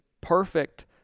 perfect